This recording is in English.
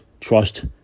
trust